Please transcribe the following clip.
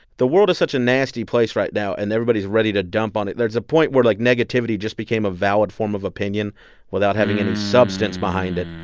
the world is such a nasty place right now, and everybody's ready to dump on it. there's a point where, like, negativity just became a valid form of opinion without having any substance behind it.